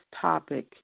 topic